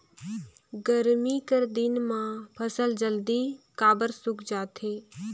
गरमी कर दिन म फसल जल्दी काबर सूख जाथे?